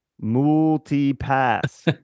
multi-pass